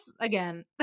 again